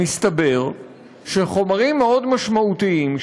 מסתבר שחומרים מאוד משמעותיים,